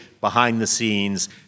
behind-the-scenes